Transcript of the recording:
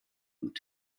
und